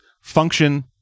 function